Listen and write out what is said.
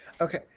Okay